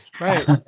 Right